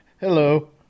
Hello